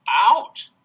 out